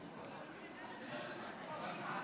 ההצבעה: בעד,